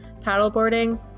paddleboarding